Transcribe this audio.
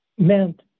meant